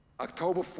October